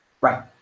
Right